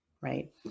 right